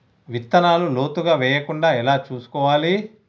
విత్తనాలు లోతుగా వెయ్యకుండా ఎలా చూసుకోవాలి?